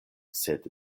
sed